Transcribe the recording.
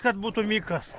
kad būtų mikas